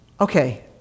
okay